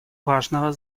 важного